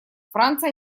франция